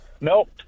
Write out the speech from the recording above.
Nope